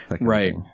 Right